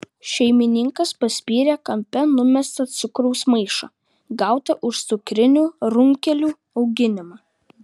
šeimininkas paspyrė kampe numestą cukraus maišą gautą už cukrinių runkelių auginimą